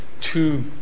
two